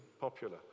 popular